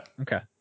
Okay